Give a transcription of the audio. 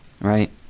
right